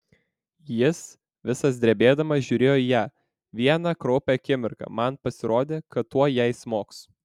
jis visas drebėdamas žiūrėjo į ją vieną kraupią akimirką man pasirodė kad tuoj jai smogs